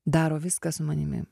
daro viską su manimi